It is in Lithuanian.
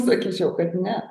sakyčiau kad ne